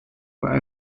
were